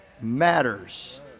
matters